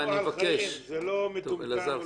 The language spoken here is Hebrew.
אף אחד לא מסביר לציבור את ההוראה הזאת.